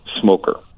smoker